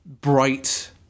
bright